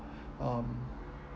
um